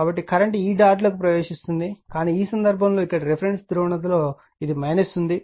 కాబట్టి కరెంట్ ఈ డాట్లోకి ప్రవేశిస్తుంది కానీ ఈ సందర్భంలో ఇక్కడ రిఫరెన్స్ ధ్రువణతలో ఇది ఉంది